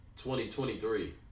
2023